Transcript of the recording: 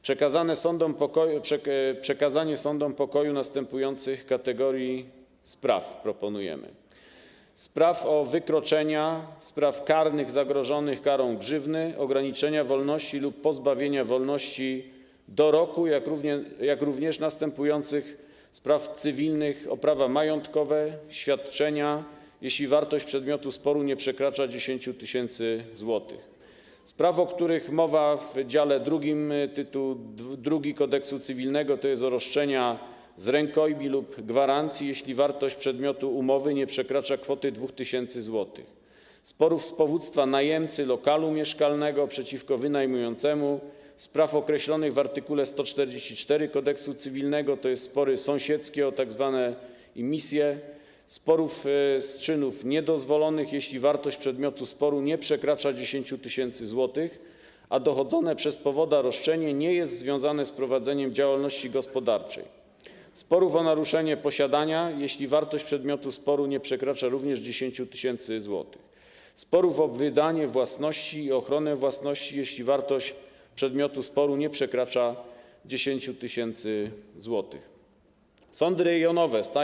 Proponujemy przekazanie sądom pokoju następujących kategorii spraw: spraw o wykroczenia; spraw karnych zagrożonych karą grzywny, ograniczenia wolności lub pozbawienia wolności do roku; jak również następujących spraw cywilnych: o prawa majątkowe, świadczenie, jeśli wartość przedmiotu sporu nie przekracza 10 tys. zł; spraw, o których mowa w dziale II tytułu II Kodeksu cywilnego, tj. o roszczenia z rękojmi lub gwarancji, jeśli wartość przedmiotu umowy nie przekracza kwoty 2 tys. zł; sporów z powództwa najemcy lokalu mieszkalnego przeciwko wynajmującemu; spraw określonych w art. 144 Kodeksu cywilnego, tj. spory sąsiedzkie o tzw. immisje; sporów z czynów niedozwolonych, jeśli wartość przedmiotu sporu nie przekracza 10 tys. zł, a dochodzone przez powoda roszczenie nie jest związane z prowadzeniem działalności gospodarczej; sporów o naruszenie posiadania, jeśli wartość przedmiotu sporu nie przekracza 10 tys. zł; sporów o wydanie własności i o ochronę własności, jeśli wartość przedmiotu sporu nie przekracza 10 tys. zł.